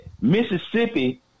Mississippi